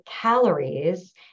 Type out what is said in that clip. calories